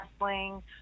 wrestling